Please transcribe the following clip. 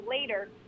later